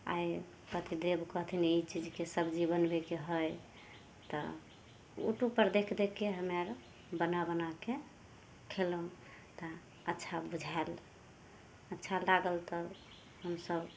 आइ पतिदेव कहथिन ई चीजके सब्जी बनबैके हइ तऽ उटूबपर देखि देखिके हमे आर बना बनाके खएलहुँ तऽ अच्छा बुझाएल अच्छा लागल तऽ हमसभ